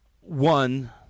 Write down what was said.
one